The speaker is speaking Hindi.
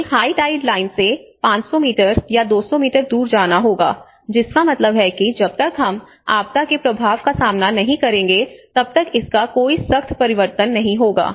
हमें हाई टाइड लाइन से 500 मीटर या 200 मीटर दूर जाना होगा जिसका मतलब है कि जब तक हम आपदा के प्रभाव का सामना नहीं करेंगे तब तक इसका कोई सख्त प्रवर्तन नहीं होगा